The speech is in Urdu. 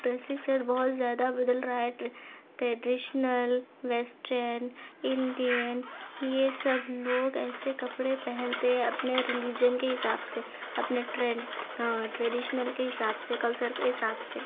ڈریسنگ سینس بہت زیادہ بدل رہا ہے ٹریڈیشنل ویسٹرن انڈین یہ سب لوگ ایسے کپڑے پہنتے ہیں اپنے ریلیجن کے حساب سے اپنے ٹریڈیشنل کے حساب سے کلچر کے حساب سے